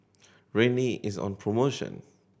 Rene is on promotion